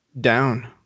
down